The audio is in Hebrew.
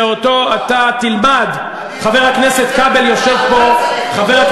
שאותו אתה תלמד, חבר הכנסת כבל יושב פה,